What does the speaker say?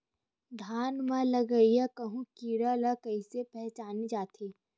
धान म लगईया माहु कीरा ल कइसे पहचाने जाथे?